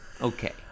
Okay